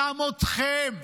גם אתכם,